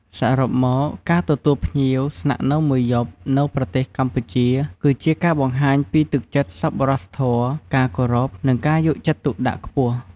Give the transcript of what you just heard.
សរុបមក ការទទួលភ្ញៀវស្នាក់នៅមួយយប់នៅប្រទេសកម្ពុជា គឺជាការបង្ហាញពីទឹកចិត្តសប្បុរសធម៌ ការគោរព និងការយកចិត្តទុកដាក់ខ្ពស់។